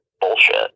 bullshit